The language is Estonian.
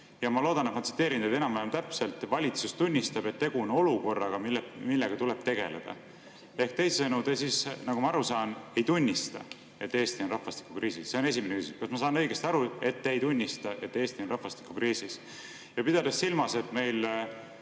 Ma loodan, et ma tsiteerin teid enam-vähem täpselt: "Valitsus tunnistab, et tegu on olukorraga, millega tuleb tegeleda." Ehk teisisõnu, te siis, nagu ma aru saan, ei tunnista, et Eesti on rahvastikukriisis. See on esimene küsimus: kas ma saan õigesti aru, et te ei tunnista, et Eesti on rahvastikukriisis? Ja pidades silmas, et meil